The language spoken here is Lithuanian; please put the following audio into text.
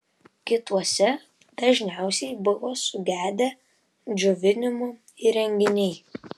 kituose dažniausiai buvo sugedę džiovinimo įrenginiai